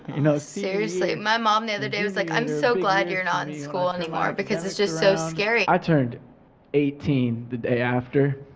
you know seriously. my mom, the other day, was like, i'm so glad you're not in school anymore because it's just so scary. i turned eighteen the day after,